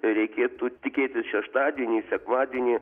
tai reikėtų tikėtis šeštadienį sekmadienį